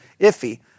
iffy